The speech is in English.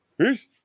Peace